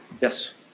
Yes